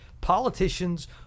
Politicians